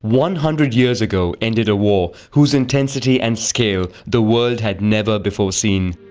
one hundred years ago ended a war whose intensity and scale the world had never before seen.